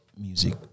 music